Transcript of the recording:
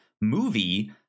movie